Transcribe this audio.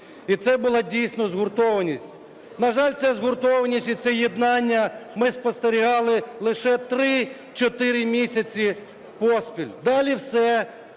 І це була дійсно згуртованість. На жаль, ця згуртованість і це єднання ми спостерігали лише три-чотири місяці поспіль, далі все